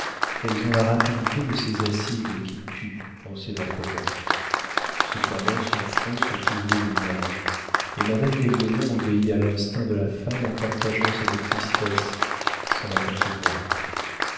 elles ont la rapidité de ces acides qui tuent en s'évaporant cependant son front se couvrit de nuages et madame d'aiglemont obéit à l'instinct de la femme en partageant cette tristesse sans la concevoir